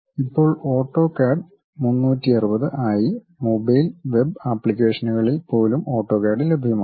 ഇപ്പോൾ ഓട്ടോക്യാഡ് 360 ആയി mobile web ആപ്ലിക്കേഷനുകളിൽ പോലും ഓട്ടോക്യാഡ് ലഭ്യമാണ്